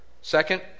Second